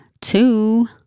two